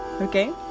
okay